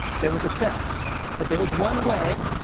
there was a sense that there was one way,